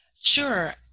Sure